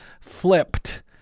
Flipped